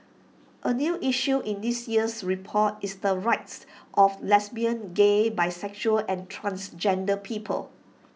A new issue in this year's report is the rights of lesbian gay bisexual and transgender people